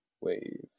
Wave